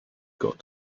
got